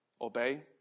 obey